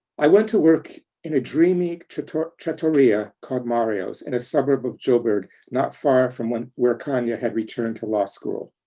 i went to work in a dreamy trattoria trattoria called mario's in a suburb of jo'burg not far from where khanya had returned to law school.